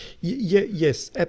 yes